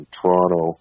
Toronto